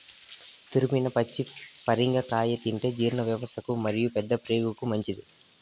తురిమిన పచ్చి పరింగర కాయ తింటే జీర్ణవ్యవస్థకు మరియు పెద్దప్రేగుకు మంచిది